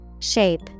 Shape